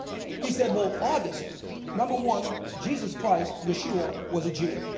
he said, well, august number one jesus christ, yeshua was a jew.